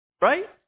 Right